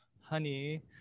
honey